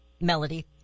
Melody